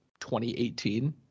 2018